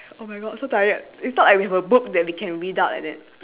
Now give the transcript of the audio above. oh my god so tired it's not like we have a book that we can read out like that